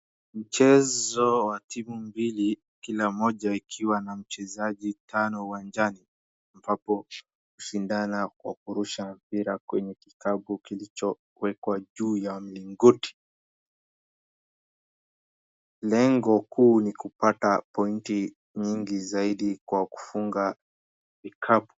Mchezo wa timu mbili kila moja ikiwa na mchezaji tano uwanjani ambapo hushindana kwa kurusha mpira kwenye kikapu kilichowekwa juu ya mlingoti. Lengo kuu ni kupata pointi nyingi zaidi kwa kufunga vikapu.